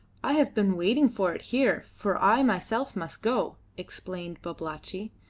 i have been waiting for it here, for i myself must go, explained babalatchi.